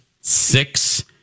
Six